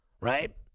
right